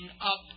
up